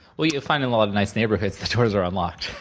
well, you find in a lot of nice neighborhoods, the doors are unlocked.